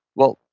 well,